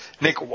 Nick